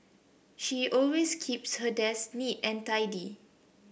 she always keeps her desk neat and tidy